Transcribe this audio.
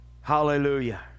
Hallelujah